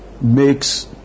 makes